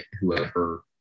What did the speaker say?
whoever